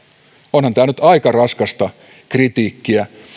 onhan tämä nyt aika raskasta kritiikkiä